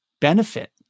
benefit